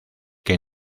que